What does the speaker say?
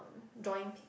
joint pain